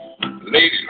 Lady